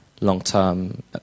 long-term